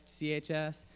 CHS